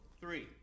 three